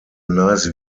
nice